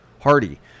hardy